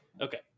Okay